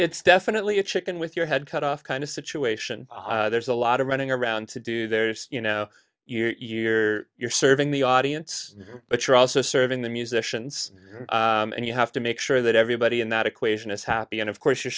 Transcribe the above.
it's definitely a chicken with your head cut off kind of situation there's a lot of running around to do there's you know you're you're serving the audience but you're also serving the musicians and you have to make sure that everybody in that equation is happy and of course you're